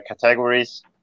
categories